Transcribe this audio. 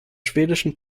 schwedischen